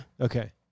Okay